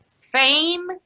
fame